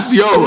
yo